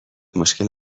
مشکل